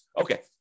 Okay